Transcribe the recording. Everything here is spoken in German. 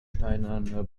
steinerne